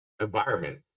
environment